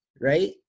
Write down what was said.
right